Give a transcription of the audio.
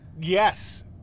yes